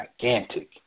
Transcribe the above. gigantic